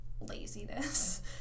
laziness